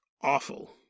awful